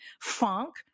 funk